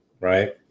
Right